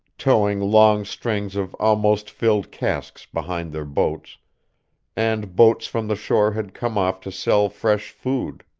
towing long strings of almost-filled casks behind their boats and boats from the shore had come off to sell fresh food.